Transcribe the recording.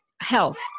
health